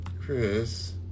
Chris